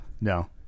No